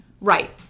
right